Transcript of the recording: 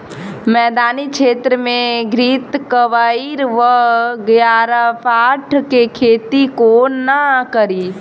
मैदानी क्षेत्र मे घृतक्वाइर वा ग्यारपाठा केँ खेती कोना कड़ी?